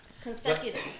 consecutive